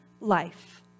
life